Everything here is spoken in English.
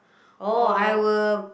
oh I will